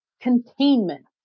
containment